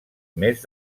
més